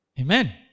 Amen